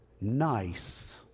nice